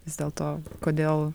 vis dėlto kodėl